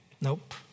Nope